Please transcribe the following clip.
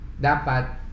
dapat